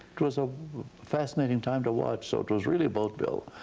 it was a fascinating time to watch so it was really vaudeville.